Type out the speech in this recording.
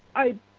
i